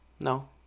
no